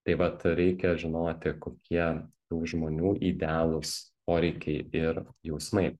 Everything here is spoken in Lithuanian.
tai vat reikia žinoti kokie tų žmonių idealūs poreikiai ir jausmai